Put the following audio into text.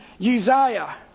Uzziah